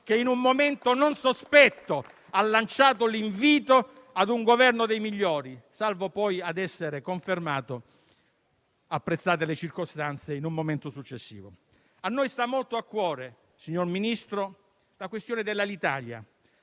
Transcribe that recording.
che, in un momento non sospetto, ha lanciato l'invito a un Governo dei migliori, salvo poi essere confermato, apprezzate le circostanze, in un momento successivo. A noi sta molto a cuore, signor Ministro, la questione Alitalia.